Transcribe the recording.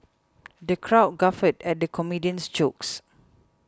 the crowd guffawed at the comedian's jokes